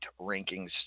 rankings